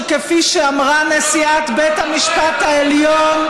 כפי שאמרה נשיאת בית המשפט העליון,